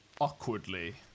awkwardly